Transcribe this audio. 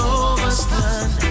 overstand